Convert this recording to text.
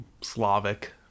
Slavic